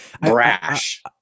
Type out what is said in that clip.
Brash